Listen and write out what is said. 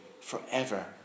forever